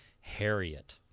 Harriet